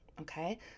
Okay